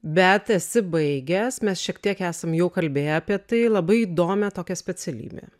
bet esi baigęs mes šiek tiek esam jau kalbėję apie tai labai įdomią tokią specialybę